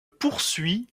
poursuit